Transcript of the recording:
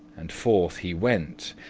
and forth he went,